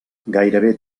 gairebé